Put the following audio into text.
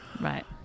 Right